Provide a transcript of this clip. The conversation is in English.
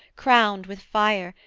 crowned with fire,